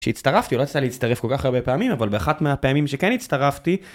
שהצטרפתי, לא יצא לי להצטרף כל כך הרבה פעמים, אבל באחת מהפעמים שכן הצטרפתי.